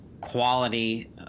quality